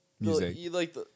music